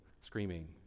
screaming